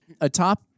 atop